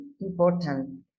important